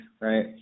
right